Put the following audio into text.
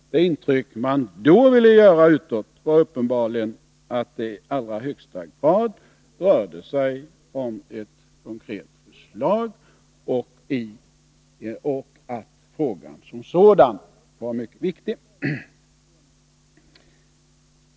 Det intryck man då ville göra utåt var uppenbarligen att det i allra högsta grad rörde sig om ett konkret förslag och att frågan som sådan var mycket viktig.